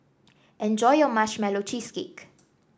enjoy your Marshmallow Cheesecake